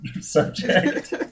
subject